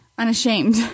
Unashamed